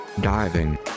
Diving